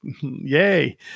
Yay